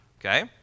Okay